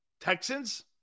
Texans